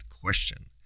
question